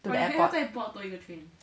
to the airport